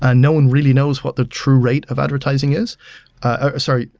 ah no one really knows what the true rate of advertising is ah sorry.